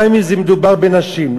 גם אם מדובר בנשים.